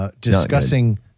discussing